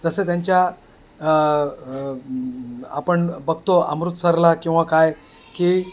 जसं त्यांच्या आपण बघतो अमृतसरला किंवा काय की